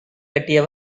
பெரிய